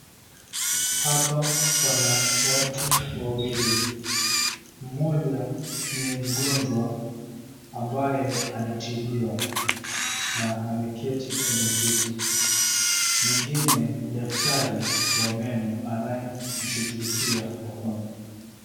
Hapa pana watu wawili. Mmoja ni mgonjwa ambaye anatibiwa na ameketi kwenye kiti. Mwingine ni daktari wa meno anayemshughulikia wa kwanza.